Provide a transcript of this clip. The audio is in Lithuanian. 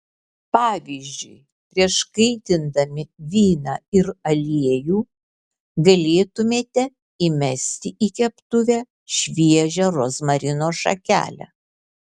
pavyzdžiui prieš kaitindami vyną ir aliejų galėtumėte įmesti į keptuvę šviežią rozmarino šakelę